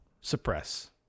Suppress